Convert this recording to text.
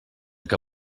que